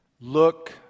Look